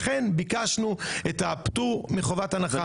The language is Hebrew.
לכן ביקשנו את הפטור מחובת הנחה --- אבל